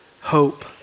hope